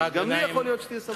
גם לי יכול להיות שתהיה סבלנות.